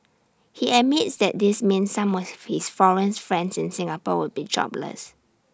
he admits that this means some of his foreign friends in Singapore would be jobless